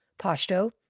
Pashto